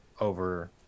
over